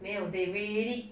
没有 they really